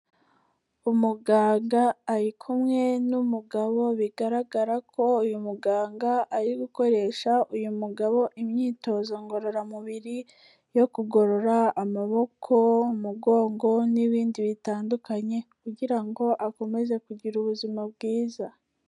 Umuganga ari kumwe n'umugabo bigaragara ko uyu muganga ari gukoresha uyu mugabo imyitozo ngororamubiri, yo kugorora amaboko, umugongo n'ibindi bitandukanye kugira ngo akomeze kugira ubuzima bwiza.